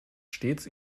stets